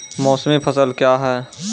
मौसमी फसल क्या हैं?